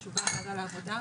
שהוא גם מעגל העבודה,